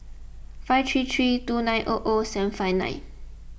five three three two nine O O seven five nine